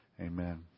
Amen